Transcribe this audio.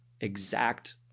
exact